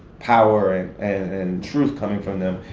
power and truth coming from them,